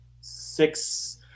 six